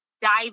dive